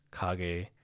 kage